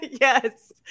Yes